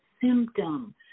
symptom